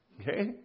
Okay